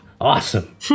Awesome